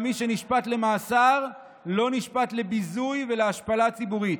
גם מי שנשפט למאסר לא נשפט לביזוי ולהשפלה ציבורית.